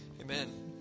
Amen